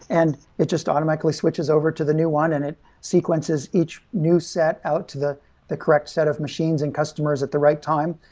and it just automatically switches over to the new one and it sequences each new set out to the the correct set of machines and customers at the right time.